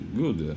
good